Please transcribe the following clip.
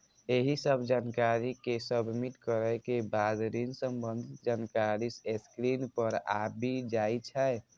एहि सब जानकारी कें सबमिट करै के बाद ऋण संबंधी जानकारी स्क्रीन पर आबि जाइ छै